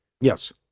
Yes